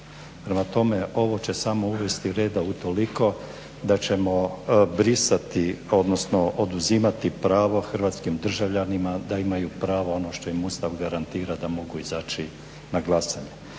Prema tome, ovo će samo uvesti reda utoliko da ćemo brisati, odnosno oduzimati pravo hrvatskim državljanima da imaju pravo ono što im Ustav garantira da mogu izaći na glasanje.